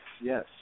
yes